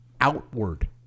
outward